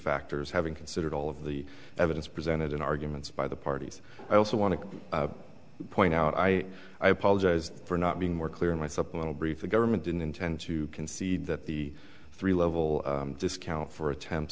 factors having considered all of the evidence presented in arguments by the parties i also want to point out i i apologize for not being more clear in my supplemental brief the government didn't intend to concede that the three level discount for attemp